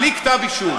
בלי כתב-אישום.